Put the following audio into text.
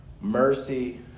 Mercy